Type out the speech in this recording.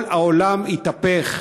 כל העולם יתהפך,